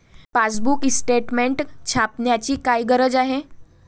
Passbook statement छापण्याची काय गरज आहे?